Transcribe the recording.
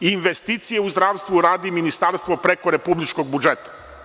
Investicije u zdravstvu radi Ministarstvo preko republičkog budžeta.